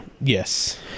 Yes